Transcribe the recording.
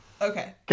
Okay